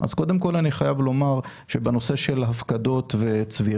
אז קודם כל אני חייב לומר שבנושא של הפקדות וצבירה